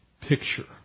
picture